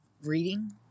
reading